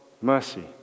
mercy